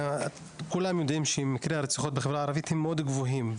וכולם יודעים שמקרי הרציחות בחברה הערבית מאוד גבוהים,